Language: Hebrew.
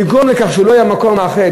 לגרום לכך שהוא לא יהיה המקום המאחד,